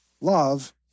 love